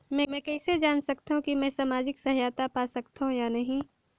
मै कइसे जान सकथव कि मैं समाजिक सहायता पा सकथव या नहीं?